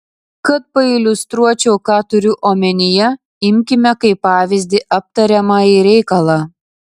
kad pailiustruočiau ką turiu omenyje imkime kaip pavyzdį aptariamąjį reikalą